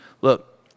look